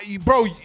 Bro